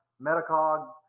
Metacog